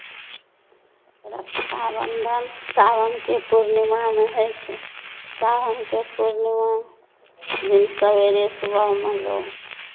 रक्षाबन्धन सावनके पूर्णिमाँमे होइ छै सावनके पूर्णिमाँ दिन सवेरे सुबहमे लोक